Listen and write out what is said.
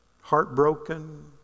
Heartbroken